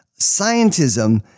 Scientism